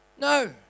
no